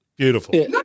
Beautiful